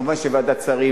מובן שוועדת השרים